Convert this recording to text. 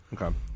Okay